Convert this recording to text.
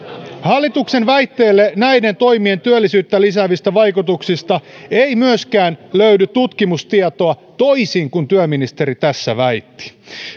hallituksen väitteille näiden toimien työllisyyttä lisäävistä vaikutuksista ei myöskään löydy tutkimustietoa toisin kuin työministeri tässä väitti